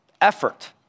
effort